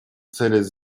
целясь